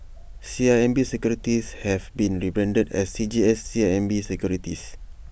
C I M B securities have been rebranded as C G S C I M B securities